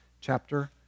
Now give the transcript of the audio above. chapter